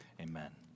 Amen